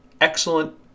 excellent